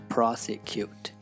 Prosecute